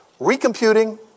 recomputing